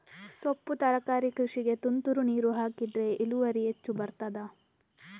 ಸೊಪ್ಪು ತರಕಾರಿ ಕೃಷಿಗೆ ತುಂತುರು ನೀರು ಹಾಕಿದ್ರೆ ಇಳುವರಿ ಹೆಚ್ಚು ಬರ್ತದ?